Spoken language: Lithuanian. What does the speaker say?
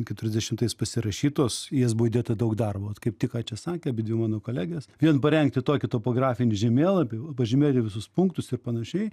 keturiasdešimtais pasirašytos į jas buvo įdėta daug darbo kaip tik ką čia sakė abidvi mano kolegės vien parengti tokį topografinį žemėlapį pažymėti visus punktus ir panašiai